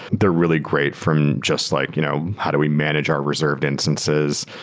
they're really great from just like you know how do we manage our reserved instances?